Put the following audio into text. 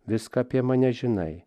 viską apie mane žinai